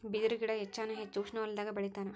ಬಿದರು ಗಿಡಾ ಹೆಚ್ಚಾನ ಹೆಚ್ಚ ಉಷ್ಣವಲಯದಾಗ ಬೆಳಿತಾರ